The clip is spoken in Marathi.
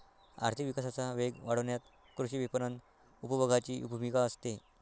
आर्थिक विकासाचा वेग वाढवण्यात कृषी विपणन उपभोगाची भूमिका असते